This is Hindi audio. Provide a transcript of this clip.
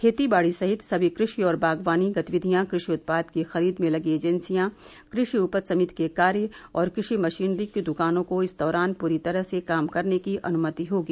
खेती बाड़ी सहित सभी कृषि और बागबानी गतिविधियां कृषि उत्पाद की खरीद में लगी एजेंसियां कृषि उपज समिति के कार्य और कृ षि मशीनरी की द्कानों को इस दौरान पूरी तरह से काम करने की अनुमति होगी